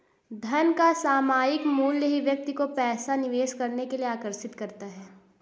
धन का सामायिक मूल्य ही व्यक्ति को पैसा निवेश करने के लिए आर्कषित करता है